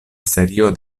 serio